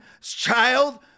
child